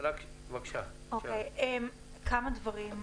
כמה דברים.